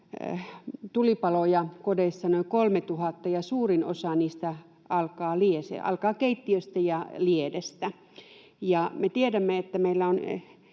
tulipaloja kodeissa noin kolmetuhatta, ja suurin osa niistä alkaa keittiöstä ja liedestä. Me tiedämme, että meillä on